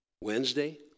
Wednesday